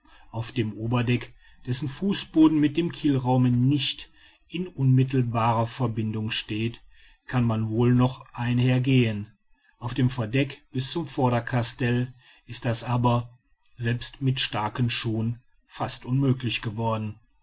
auf dem oberdeck dessen fußboden mit dem kielraum nicht in unmittelbarer verbindung steht kann man wohl noch einher gehen auf dem verdeck bis zum vorderkastell ist das aber selbst mit starken schuhen fast unmöglich geworden